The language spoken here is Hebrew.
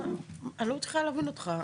אני לא מצליחה להבין אותך.